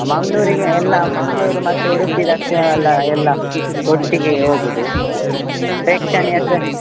ಮಂಗಳೂರಿಗೆ ಎಲ್ಲ ಮಂಗಳೂರು ಮತ್ತು ಉಡುಪಿ ದಕ್ಷ ಅಲ್ಲ ಎಲ್ಲ ಒಟ್ಟಿಗೆ ಹೋಗುದು ಪ್ರೇಕ್ಷಣೀಯ ಸ